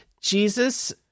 Jesus